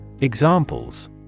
Examples